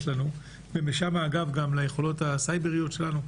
לנו ומשם גם לאיכויות הסייבריות שלנו,